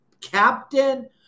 captain